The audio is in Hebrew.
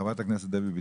חברת הכנסת דבי ביטון.